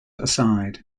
aside